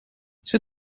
zij